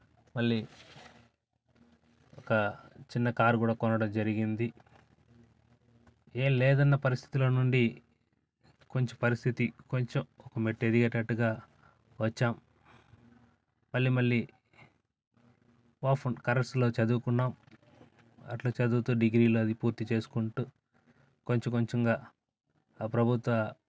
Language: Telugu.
మళ్ళీ ఒక చిన్న కారు కూడా కొనడం జరిగింది ఏం లేదన్న పరిస్థితిలో నుండి కొంచెం పరిస్థితి కొంచెం ఒక మెట్టు ఎదిగేటట్టుగా వచ్చాం మళ్ళీ మళ్ళీ ఓపెన్ కర్రస్లో చదువుకున్నాం అట్ల చదువుతు డిగ్రీలు అది పూర్తి చేసుకుంటు కొంచెం కొంచెంగా ఆ ప్రభుత్వ